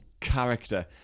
character